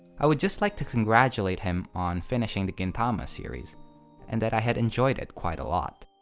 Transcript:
i would just like to congratulate him on finishing the gintama series and that i had enjoyed it quite a lot.